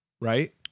right